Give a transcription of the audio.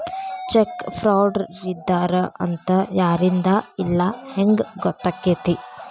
Check ಫ್ರಾಡರಿದ್ದಾರ ಅಂತ ಯಾರಿಂದಾ ಇಲ್ಲಾ ಹೆಂಗ್ ಗೊತ್ತಕ್ಕೇತಿ?